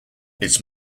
its